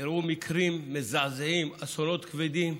אירעו מקרים מזעזעים, אסונות כבדים,